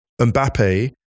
Mbappe